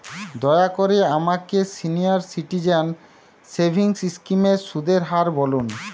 দয়া করে আমাকে সিনিয়র সিটিজেন সেভিংস স্কিমের সুদের হার বলুন